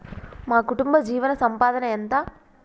మా కుటుంబ జీవన సంపాదన ఎంత?